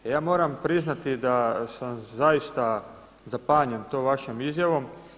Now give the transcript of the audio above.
A ja moram priznati da sam zaista zapanjen tom vašom izjavom.